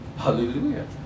Hallelujah